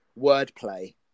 wordplay